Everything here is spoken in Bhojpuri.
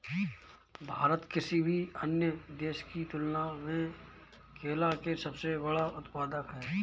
भारत किसी भी अन्य देश की तुलना में केला के सबसे बड़ा उत्पादक ह